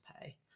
pay